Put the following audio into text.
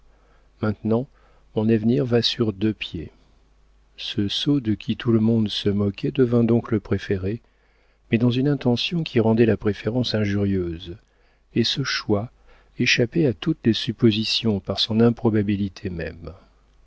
maintenant mon avenir va sur deux pieds ce sot de qui tout le monde se moquait devint donc le préféré mais dans une intention qui rendait la préférence injurieuse et ce choix échappait à toutes les suppositions par son improbabilité